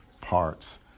parts